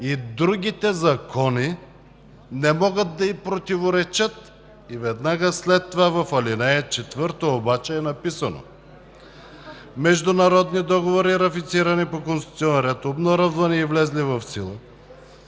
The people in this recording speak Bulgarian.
и другите закони не могат да ѝ противоречат.“ Веднага след това в ал. 4 обаче е написано: „Международни договори, ратифицирани по конституционен ред, обнародвани и влезли в сила